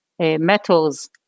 metals